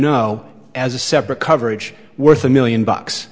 no as a separate coverage worth a million bucks